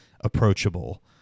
approachable